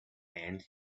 and